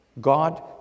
God